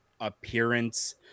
appearance